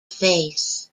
face